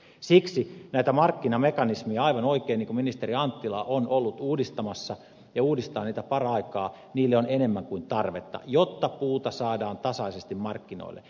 siksi näille markkinamekanismeille joita aivan oikein ministeri anttila on ollut uudistamassa ja uudistaa niitä paraikaa on enemmän kuin tarvetta jotta puuta saadaan tasaisesti markkinoille